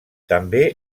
també